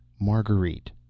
Marguerite